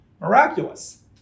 Miraculous